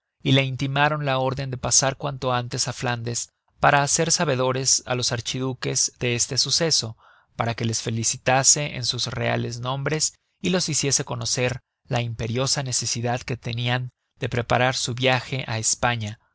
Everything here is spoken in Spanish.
y le intimaron la órden de pasar cuanto antes á flandes para hacer sabedores á los archiduques de este suceso para que les felicitase en sus reales nombres y los hiciese conocer la imperiosa necesidad que tenian de preparar su viaje á españa